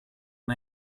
and